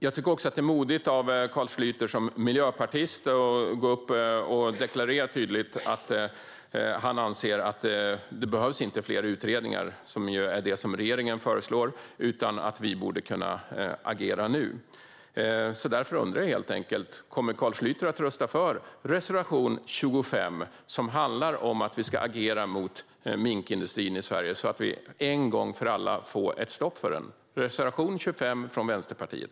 Det är också modigt av Carl Schlyter som miljöpartist att gå upp i debatten och tydligt deklarera att han anser att det inte behövs fler utredningar, som är det som regeringen föreslår, utan att vi borde kunna agera nu. Därför undrar jag helt enkelt: Kommer Carl Schlyter att rösta för reservation 25, som handlar om att vi ska agera mot minkindustrin i Sverige så att vi en gång för alla får ett stopp för den? Det är reservation 25 från Vänsterpartiet.